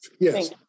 Yes